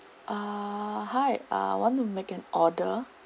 uh hi uh I want to make an order